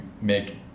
make